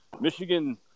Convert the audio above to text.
Michigan